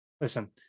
listen